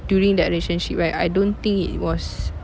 during that relationship right I don't think it was